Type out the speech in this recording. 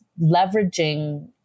leveraging